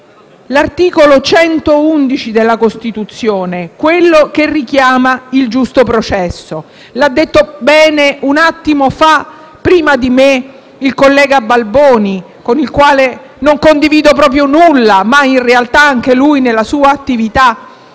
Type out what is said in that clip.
l'articolo 111 della Costituzione, che richiama il giusto processo. L'ha detto bene un attimo fa, prima di me, il collega Balboni, con il quale non condivido proprio nulla, ma in realtà anche lui, nella sua attività